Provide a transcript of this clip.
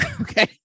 Okay